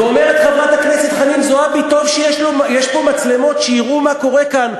ואומרת חברת הכנסת חנין זועבי: טוב שיש פה מצלמות שיראו מה קורה כאן,